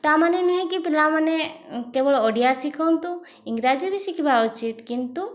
ତା'ମାନେ ନୁହେଁ କି ପିଲାମାନେ କେବଳ ଓଡ଼ିଆ ଶିଖନ୍ତୁ ଇଂରାଜୀ ବି ଶିଖିବା ଉଚିତ୍ କିନ୍ତୁ